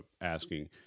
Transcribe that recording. asking